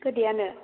गोदैयानो